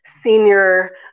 senior